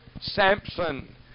Samson